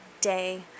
day